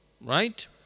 right